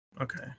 okay